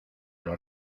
los